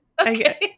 Okay